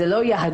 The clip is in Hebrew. זאת לא יהדות.